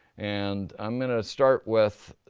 and i'm gonna start with.